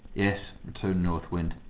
yes, returned north wind.